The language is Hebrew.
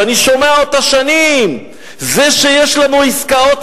שאני שומע אותה שנים: זה שיש לנו עסקאות